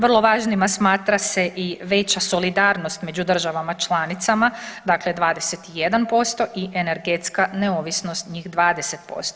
Vrlo važnima smatra se i veća solidarnost među državama članicama, dakle 21% i energetska neovisnost, njih 20%